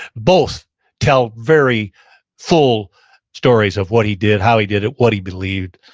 both tell very full stories of what he did, how he did it, what he believed.